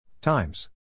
Times